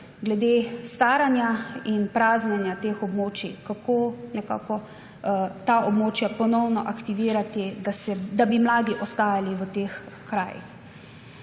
glede staranja in praznjenja teh območij, kako ta območja ponovno aktivirati, da bi mladi ostajali v teh krajih.